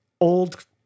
old